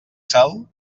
sal